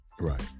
Right